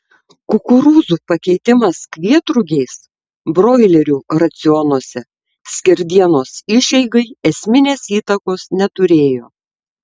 kukurūzų pakeitimas kvietrugiais broilerių racionuose skerdienos išeigai esminės įtakos neturėjo